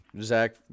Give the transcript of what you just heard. Zach